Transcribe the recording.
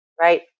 right